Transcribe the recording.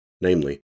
Namely